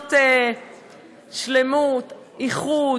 שנות שלמות, איחוד,